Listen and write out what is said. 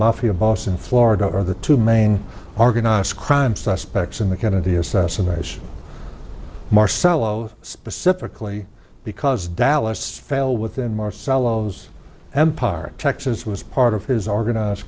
mafia boss in florida are the two main organized crime suspects in the kennedy assassination marcello specifically because dallas fell within marcello's empire texas was part of his organized